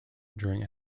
during